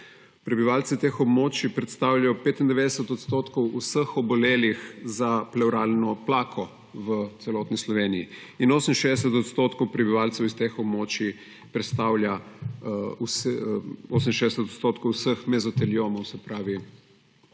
prebivalci teh območij predstavljajo 95 odstotkov vseh obolelih za plevralnim plakom v celotni Sloveniji in 68 odstotkov prebivalcev s teh območij predstavlja 68 odstotkov vseh mezoteliomov, se pravi,